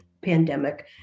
pandemic